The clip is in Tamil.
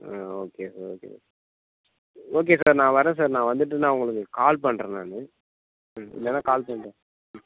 ம் okay sir okay sir okay sir நான் வர்றேன் சார் நான் வந்துவிட்டு நான் உங்களுக்கு கால் பண்ணுறேன் நான் இல்லைன்னா கால் பண்ணுறேன் ம்